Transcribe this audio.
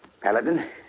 Paladin